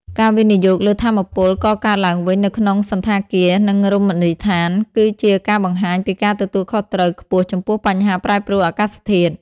ការវិនិយោគលើថាមពលកកើតឡើងវិញនៅក្នុងសណ្ឋាគារ និងរមណីយដ្ឋាន គឺជាការបង្ហាញពីការទទួលខុសត្រូវខ្ពស់ចំពោះបញ្ហាប្រែប្រួលអាកាសធាតុ។